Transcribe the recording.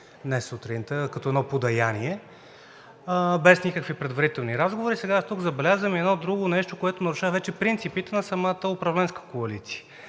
днес сутринта подарихте като едно подаяние, без никакви предварителни разговори, сега аз тук забелязвам и едно друго нещо, което нарушава вече принципите на самата управленска коалиция.